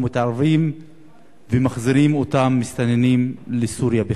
מתערבים ומחזירים את אותם מסתננים לסוריה.